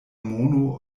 mono